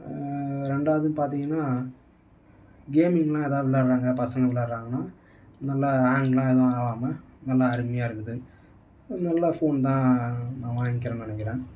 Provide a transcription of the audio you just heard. ரெண்டாவது பார்த்தீங்கன்னா கேமிங் எல்லாம் எதாவது விளாட்றாங்க பசங்க விளாட்றாங்கன்னா நல்ல ஹேங்கு எல்லாம் எதுவும் ஆவாம நல்ல அருமையாக இருக்குது நல்ல ஃபோன் தான் நான் வாங்கிருக்கேன்னு நினைக்கிறேன்